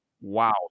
wow